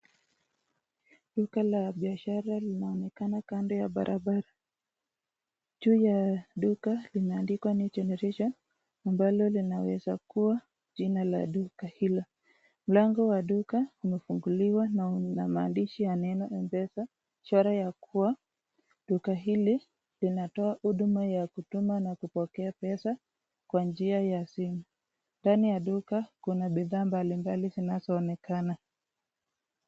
Duka la biashara linaonekana kando ya barabara. Juu ya duka limeandikwa new generation, ambalo linaweza kuwa jina la duka hilo. Mlango wa duka umefunguliwa na maandishi ya neno mpesa, Ishara ya kuwa duka ile linatoa huduma ya kutuma na kupokea pesa Kwa njia ya simu. Ndani ya duka kuna bidhaa mbalimbali zinaonekana.